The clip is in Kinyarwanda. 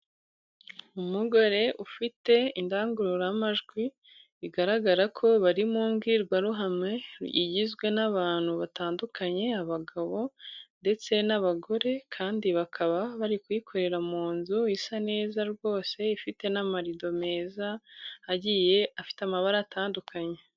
Umugore ufite indangururamajwi bigaragara ko ari mu mbwirwaruhame, igizwe n'abantu batandukanye abagabo ndetse n'abagore, kandi bakaba bari kuyikorera mu nzu isa neza rwose, ifite n'amarido meza agiye afite amabara atandukanye.